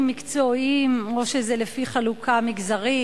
מקצועיים או שזה לפי חלוקה מגזרית,